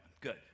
good